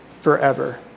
forever